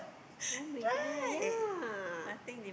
[oh]-my-goodness ya